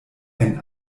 ein